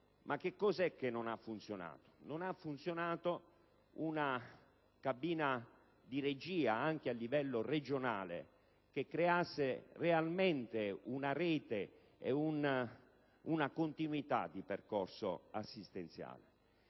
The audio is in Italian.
di diversa fonte, tra cui privati). Non ha funzionato una cabina di regia, anche a livello regionale, che creasse realmente una rete, una continuità di percorso assistenziale,